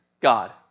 God